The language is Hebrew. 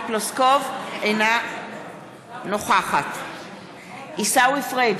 אינה נוכחת עיסאווי פריג'